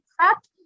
fact